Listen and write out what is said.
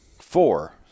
Four